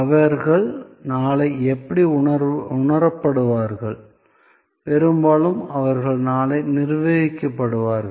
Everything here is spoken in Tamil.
அவர்கள் நாளை எப்படி உணரப்படுவார்கள் பெரும்பாலும் அவர்கள் நாளை நிர்வகிக்கப்படுவார்கள்